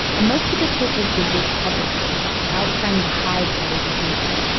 and most of the churches did this publicly without trying to hide what they were doing.